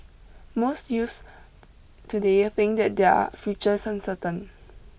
most youths today think that their future is uncertain